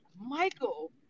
Michael